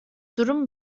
durum